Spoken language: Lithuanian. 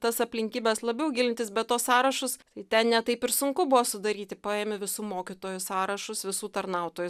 tas aplinkybes labiau gilintis bet tuos sąrašus tai ten ne taip ir sunku buvo sudaryti paėmė visų mokytojų sąrašus visų tarnautojų